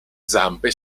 zampe